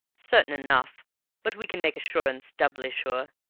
certain enough but we can make assurance doubly sure,